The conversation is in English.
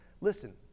Listen